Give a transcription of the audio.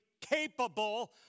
capable